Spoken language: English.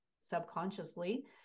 subconsciously